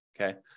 okay